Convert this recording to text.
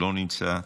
לא נמצא,